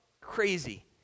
Crazy